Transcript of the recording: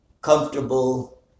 comfortable